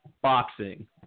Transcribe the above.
boxing